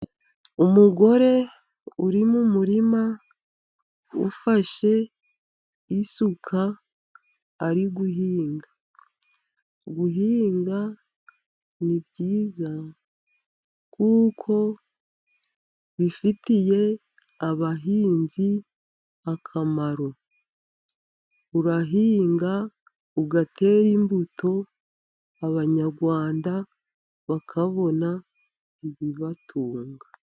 Umugore uri mu murima ufashe isuka ari guhinga. Guhinga ni byiza kuko bifitiye abahinzi akamaro, urahinga, ugatera imbuto abanyarwanda bakabona ibibatunga.